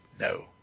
no